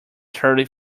thirty